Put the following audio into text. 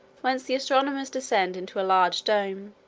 whence the astronomers descend into a large dome,